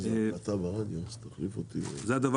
הדבר